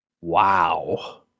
Wow